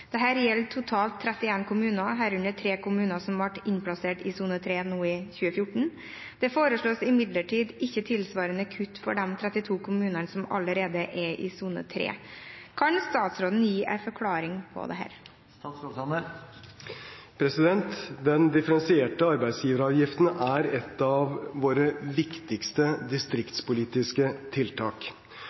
gjelder totalt 31 kommuner, herunder de 3 kommunene som ble innplassert i sone 3 nå i 2014. Det foreslås imidlertid ikke tilsvarende kutt for de 32 kommunene som allerede er i sone 3. Kan statsråden gi en forklaring på dette?» Den differensierte arbeidsgiveravgiften er et av våre viktigste distriktspolitiske tiltak.